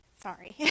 sorry